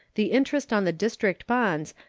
the interest on the district bonds,